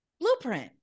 blueprint